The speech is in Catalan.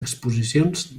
exposicions